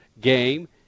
game